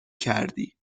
کردی